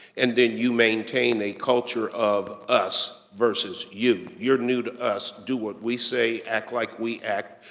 and then you maintain a culture of us versus you. you're new to us, do what we say, act like we act,